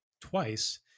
twice